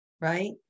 right